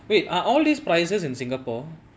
wait ah all these prices in singapore